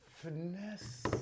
finesse